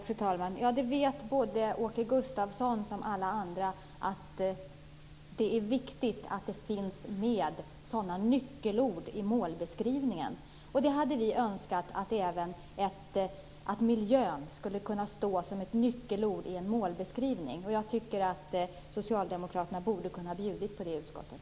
Fru talman! Åke Gustavsson liksom alla andra vet att det är viktigt att det finns med sådana nyckelord i målbeskrivningen. Vi hade önskat att miljö skulle kunnat stå som ett nyckelord i en målbeskrivning. Jag tycker att socialdemokraterna borde ha kunnat bjuda på det i utskottet.